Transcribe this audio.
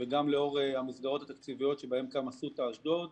גם לאור המסגרות התקציביות שבהן הוקם אסותא אשדוד.